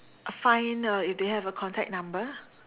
find uh if they have a contact number